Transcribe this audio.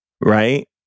right